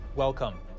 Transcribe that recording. Welcome